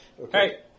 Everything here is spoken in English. Okay